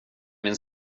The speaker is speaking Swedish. min